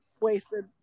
wasted